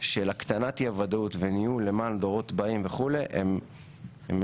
של הקטנת אי הוודאות וניהול למען הדורות הבאים וכו' הם מבורכים.